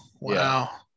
Wow